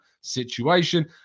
situation